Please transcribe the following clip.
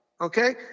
Okay